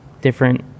different